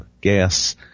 gas